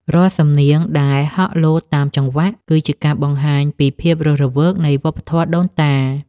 រាល់សំនៀងដែលហក់លោតតាមចង្វាក់ គឺជាការបង្ហាញពីភាពរស់រវើកនៃវប្បធម៌ដូនតា។